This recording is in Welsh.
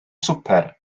swper